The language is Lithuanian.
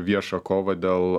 vieša kova dėl